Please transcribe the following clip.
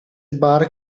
bark